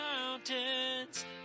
mountains